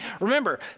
remember